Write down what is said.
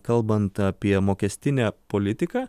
kalbant apie mokestinę politiką